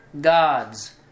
gods